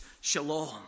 shalom